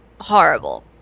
horrible